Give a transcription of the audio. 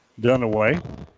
Dunaway